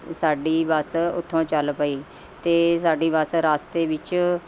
ਸਾਡੀ ਬੱਸ ਉੱਥੋਂ ਚੱਲ ਪਈ ਅਤੇ ਸਾਡੀ ਬੱਸ ਰਸਤੇ ਵਿੱਚ